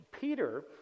Peter